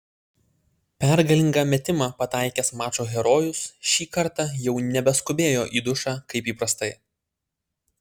pergalingą metimą pataikęs mačo herojus šį kartą jau nebeskubėjo į dušą kaip įprastai